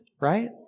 right